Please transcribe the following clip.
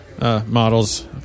Models